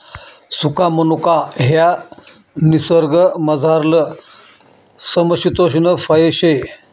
सुका मनुका ह्या निसर्गमझारलं समशितोष्ण फय शे